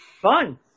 fun